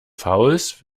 fouls